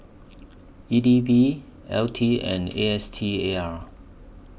E D B L T and A S T A R